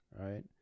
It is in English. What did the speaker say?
Right